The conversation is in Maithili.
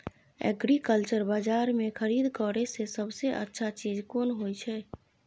एग्रीकल्चर बाजार में खरीद करे से सबसे अच्छा चीज कोन होय छै?